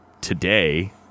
today